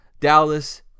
Dallas